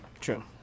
True